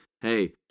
Hey